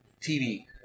TV